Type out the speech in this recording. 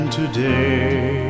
today